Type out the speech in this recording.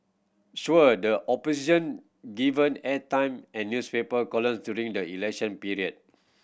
sure the Opposition given airtime and newspaper columns during the election period